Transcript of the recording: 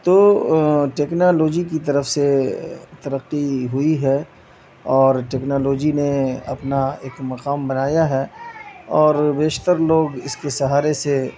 تو ٹیکنالوجی کی طرف سے ترقی ہوئی ہے اور ٹیکنالوجی نے اپنا ایک مقام بنایا ہے اور بیشتر لوگ اس کے سہارے سے